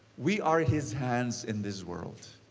we are his hands in this world.